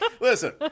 Listen